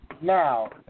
Now